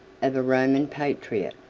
of a roman patriot